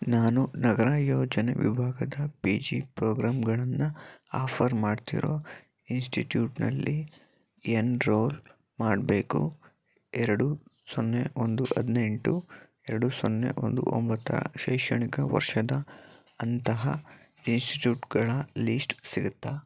ನಾನು ನಗರ ಯೋಜನೆ ವಿಬಾಗದ ಪಿ ಜಿ ಪ್ರೋಗ್ರಾಮ್ಗಳನ್ನ ಆಫರ್ ಮಾಡ್ತಿರೋ ಇನ್ಸ್ಟಿಟ್ಯೂಟ್ನಲ್ಲಿ ಎನ್ರೋಲ್ ಮಾಡಬೇಕು ಎರಡು ಸೊನ್ನೆ ಒಂದು ಹದಿನೆಂಟು ಎರಡು ಸೊನ್ನೆ ಒಂದು ಒಂಬತ್ತರ ಶೈಕ್ಷಣಿಕ ವರ್ಷದ ಅಂತಹ ಇನ್ಸ್ಟಿಟ್ಯೂಟ್ಗಳ ಲಿಸ್ಟ್ ಸಿಗುತ್ತ